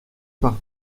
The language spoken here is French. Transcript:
par